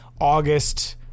August